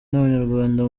n’abanyarwanda